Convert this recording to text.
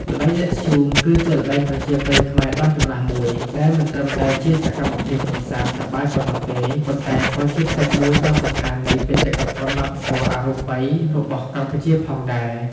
ល្បែងលាក់ធ្យូង គឺជាល្បែងប្រជាប្រិយខ្មែរដ៏ចំណាស់មួយ ដែលមិនត្រឹមតែជាសកម្មភាពកម្សាន្តសប្បាយប៉ុណ្ណោះទេ ប៉ុន្តែក៏ជាផ្នែកមួយដ៏សំខាន់នៃ បេតិកភណ្ឌវប្បធម៌អរូបី របស់កម្ពុជាផងដែរ។